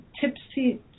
tipsy